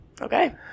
okay